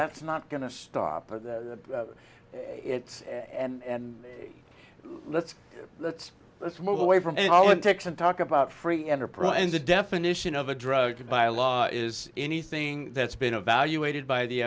that's not going to stop it it's and let's let's let's move away from it all it takes and talk about free enterprise and the definition of a drug by a law is anything that's been evaluated by the